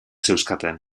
zeuzkaten